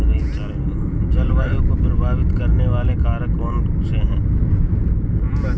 जलवायु को प्रभावित करने वाले कारक कौनसे हैं?